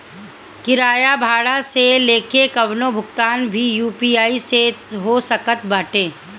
किराया भाड़ा से लेके कवनो भुगतान भी यू.पी.आई से हो सकत बाटे